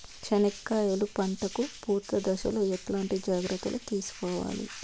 చెనక్కాయలు పంట కు పూత దశలో ఎట్లాంటి జాగ్రత్తలు తీసుకోవాలి?